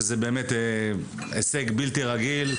וזה באמת הישג בלתי רגיל.